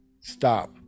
stop